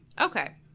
Okay